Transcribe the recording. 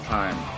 time